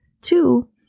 two